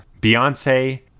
Beyonce